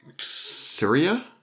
Syria